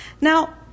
Now